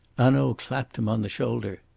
hanaud clapped him on the shoulder.